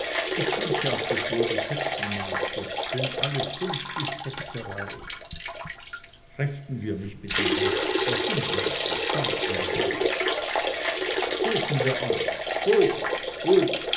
ich trinke auf das wohl der hexenmeister denn alle kunst ist hexerei rechten wir nicht mit dem wort was sind worte schall und rauch stoßen wir an hoch